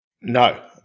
No